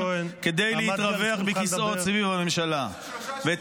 כדי להתרווח בכיסאות סביב הממשלה -- עמית,